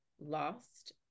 lost